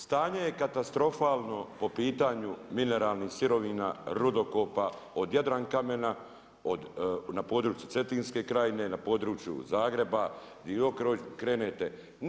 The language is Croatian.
Stanje je katastrofalno po pitanju mineralnih sirovina, rudokopa od Jadran kamena na području Cetinske krajine, na području Zagreba, bilo krenete.